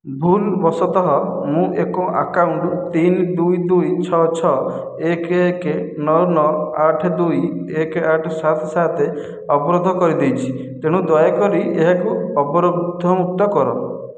ଭୁଲ ବଶତଃ ମୁଁ ଏକ ଆକାଉଣ୍ଟ ତିନି ଦୁଇ ଦୁଇ ଛଅ ଛଅ ଏକ ଏକ ନଅ ନଅ ଆଠ ଦୁଇ ଏକ ଆଠ ସାତ ସାତ ଅବରୋଧ କରିଦେଇଛି ତେଣୁ ଦୟାକରି ଏହାକୁ ଅବରୋଧମୁକ୍ତ କର